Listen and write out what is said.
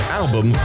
album